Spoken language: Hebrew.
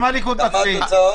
הרביזיה השנייה של תיקון מס'